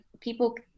people